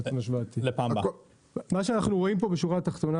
מה שאנחנו רואים פה בשורה התחתונה